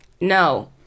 No